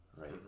right